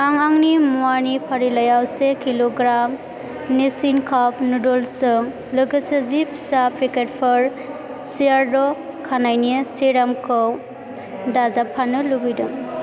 आं आंनि मुवानि फारिलाइयाव से किल'ग्राम निस्सिन काप नुदोल्सजों लोगोसे जि फिसा पेकेटफोर सियारड' खानायनि सेरामखौ दाजाबफानो लुबैदों